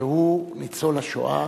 שהוא ניצול השואה